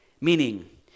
Meaning